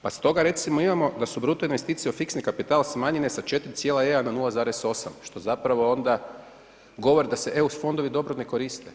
Pa stoga recimo imamo da su bruto investicije u fiksni kapital smanjenje sa 4,1 na 0,8 što zapravo onda govori da se EU fondovi dobro ne koriste.